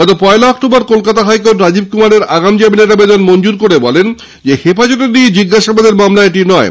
গত পয়লা October Kolkata high court Rajiv কুমারের আগাম জামিনের আবেদন মঞ্জুর করে বলেন হেফাজতে নিয়ে জিজ্ঞাসাবাদের মামলা এটা নয়